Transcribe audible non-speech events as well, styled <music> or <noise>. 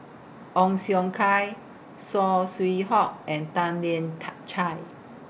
Ong Siong Kai Saw Swee Hock and Tan Lian <unintelligible> Chye